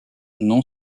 non